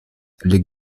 les